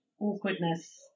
awkwardness